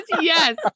yes